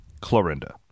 Clorinda